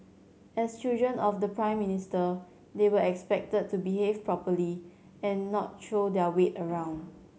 as children of the Prime Minister they were expected to behave properly and not throw their weight around